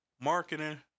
marketing